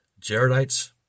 Jaredites